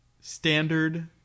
standard